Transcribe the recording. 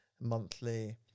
monthly